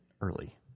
early